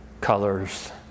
colors